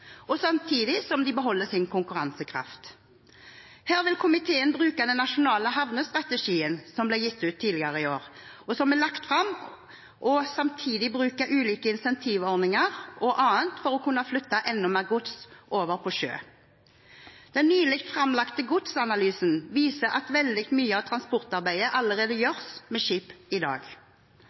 samtidig som de beholder sin konkurransekraft. Her vil komiteen bruke den nasjonale havnestrategien som ble gitt ut tidligere i år, og som er lagt fram, og samtidig bruke ulike incentivordninger og annet for å kunne flytte enda mer gods over på sjø. Den nylig framlagte Godsanalysen viser at veldig mye av transportarbeidet allerede skjer med skip i dag.